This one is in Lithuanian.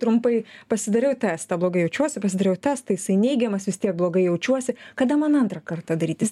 trumpai pasidariau testą blogai jaučiuosi pasidariau testą jisai neigiamas vis tiek blogai jaučiuosi kada man antrą kartą darytis